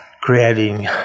creating